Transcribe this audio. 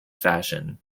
fashion